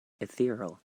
ethereal